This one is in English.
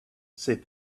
said